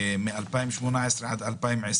שמ-2018 ועד 2020